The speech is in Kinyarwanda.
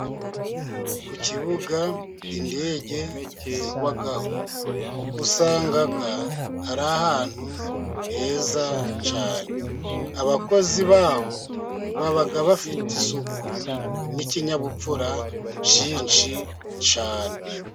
Ku kibuga indege zigwaho usanga ari ahantu heza cyane abakozi baho baba bafite isuku n'ikinyabupfura cyinshi cyane.